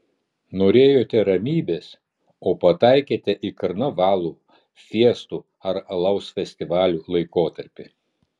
norėjote ramybės o pataikėte į karnavalų fiestų ar alaus festivalių laikotarpį